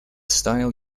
style